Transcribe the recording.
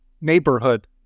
neighborhood